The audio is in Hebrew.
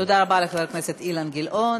תודה רבה לחבר הכנסת אילן גילאון.